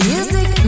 Music